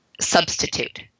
substitute